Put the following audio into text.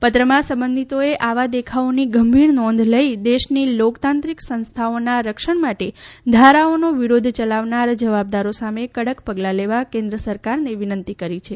પત્રમાં સંબંધિતોએ આવા દેખાવોની ગંભીર નોંધ લઇને દેશની લોકતાંત્રિક સંસ્થાઓના રક્ષણ માટે ધારાઓનો વિરોધ ચલાવનાર જવાબદારો સામે કડક પગલા લેવા કેન્દ્ર સરકારને વિનંતી કરી છે